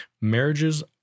Marriages